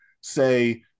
say